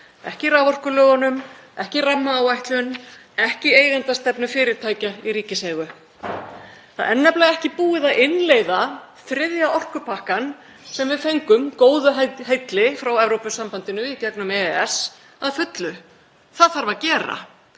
ekki í raforkulögunum, ekki í rammaáætlun, ekki í eigendastefnu fyrirtækja í ríkiseigu. Það er nefnilega ekki búið að innleiða þriðja orkupakkann sem við fengum góðu heilli frá Evrópusambandinu í gegnum EES að fullu. Það þarf að gera.